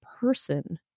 person